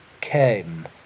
came